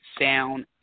sound